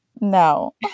No